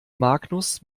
magnus